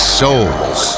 souls